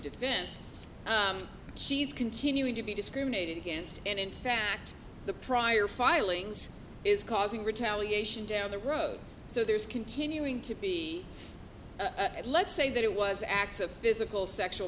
defense she's continuing to be discriminated against and in fact the prior filings is causing retaliation down the road so there's continuing to be at let's say that it was acts of physical sexual